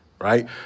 right